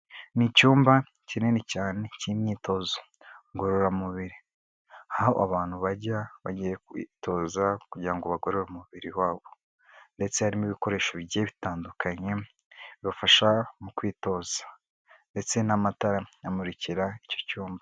N'icyumba kinini cyane cy'imyitozo ngororamubiri, aho abantu bajya bagiye kwitoza kugira ngo bakorere umubiri wabo, ndetse harimo ibikoresho bigiye bitandukanye bibafasha mu kwitoza, ndetse n'amatara amurikira icyo cyuma.